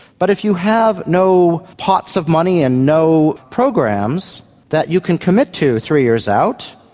but if you have no pots of money and no programs that you can commit to three years out,